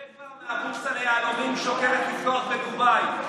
רבע מהבורסה ליהלומים שוקלת לפתוח בדובאי.